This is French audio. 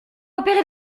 opérer